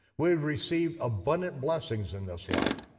we'd receive abundant blessings in this life,